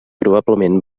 probablement